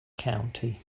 county